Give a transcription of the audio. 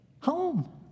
home